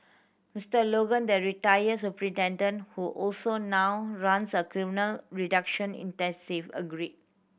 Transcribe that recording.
Mister Logan the retired superintendent who also now runs a criminal reduction agreed